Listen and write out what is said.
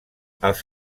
els